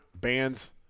bands